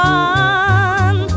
one